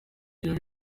ibyo